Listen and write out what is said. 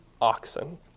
oxen